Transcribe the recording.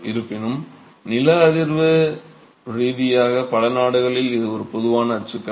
இருப்பினும் நில அதிர்வு ரீதியாக பல நாடுகளில் இது ஒரு பொதுவான அச்சுக்கலை